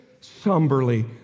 somberly